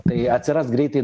tai atsiras greitai